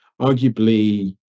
arguably